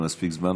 זה מספיק זמן,